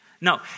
No